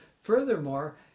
Furthermore